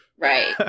Right